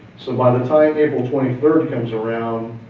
so by the time april twenty third comes around,